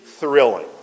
thrilling